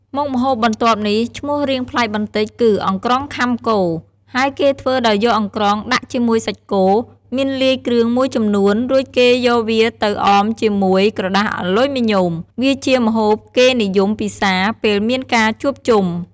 មុខម្ហូបបន្ទាប់នេះ ឈ្មោះរាងប្លែកបន្តិចគឺ អង្រ្កងខាំគោ ហើយគេធ្វើដោយយកអង្រ្កងដាក់ជាមួយសាច់គោ មានលាយគ្រឿងមួយចំនួន រួចគេយកវាទៅអបជាមួយក្រដាសអាលុយមីញ៉ូម។ វាជាម្ហូបគេនិយមពិសាពេលមានការជួបជុំ។